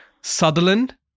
Sutherland